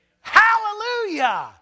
Hallelujah